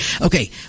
Okay